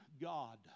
God